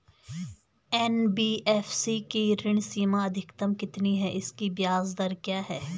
NBFC की ऋण सीमा अधिकतम कितनी है इसकी ब्याज दर क्या है?